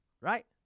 Right